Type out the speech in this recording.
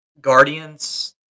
Guardians